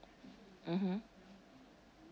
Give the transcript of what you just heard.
mmhmm